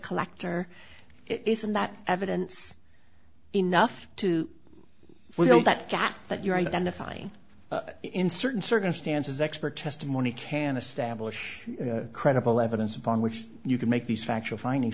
collector isn't that evidence enough to fill that gap that you're identifying in certain circumstances expert testimony can establish credible evidence upon which you can make these factual findings